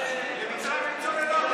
במצרים אין צוללות?